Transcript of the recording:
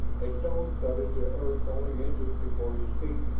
a stone thudded to earth only inches before his feet,